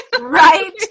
right